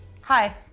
Hi